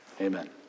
amen